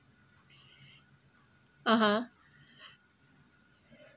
(uh huh)